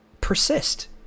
persist